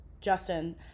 justin